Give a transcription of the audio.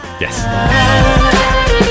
Yes